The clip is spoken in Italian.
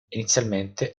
inizialmente